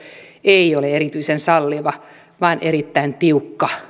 ei ole erityisen salliva vaan erittäin tiukka